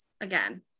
again